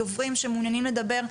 דוברים שמעוניינים לדבר,